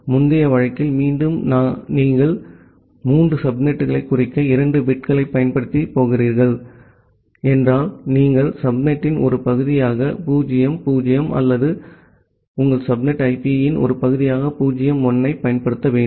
எனவே முந்தைய வழக்கில் மீண்டும் நீங்கள் மூன்று சப்நெட்களைக் குறிக்க 2 பிட்களைப் பயன்படுத்தப் போகிறீர்கள் என்றால் நீங்கள் சப்நெட்டின் ஒரு பகுதியாக 0 0 அல்லது உங்கள் சப்நெட் ஐபியின் ஒரு பகுதியாக 0 1 ஐப் பயன்படுத்த வேண்டும்